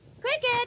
Cricket